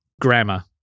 grammar